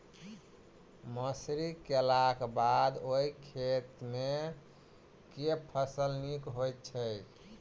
मसूरी केलाक बाद ओई खेत मे केँ फसल नीक होइत छै?